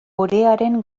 orearen